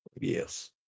Yes